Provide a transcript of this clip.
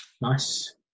Nice